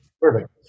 perfect